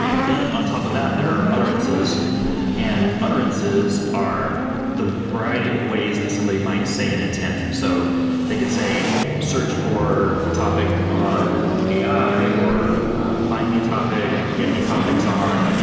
then on top of that, there are utterances and utterances are the variety of ways that somebody might say an intent so they could say search for a topic on ai, or find me a topic, get me topics on,